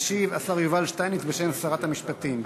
ישיב השר יובל שטייניץ בשם שרת המשפטים.